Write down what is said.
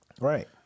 Right